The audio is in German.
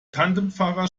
tandemfahrer